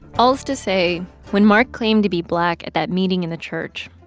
all this to say when mark claimed to be black at that meeting in the church,